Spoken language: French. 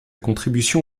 contribution